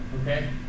Okay